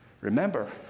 Remember